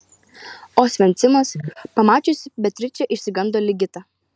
osvencimas pamačiusi beatričę išsigando ligita